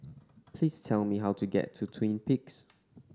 please tell me how to get to Twin Peaks